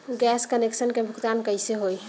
Gas connection के भुगतान कैसे होइ?